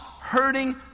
hurting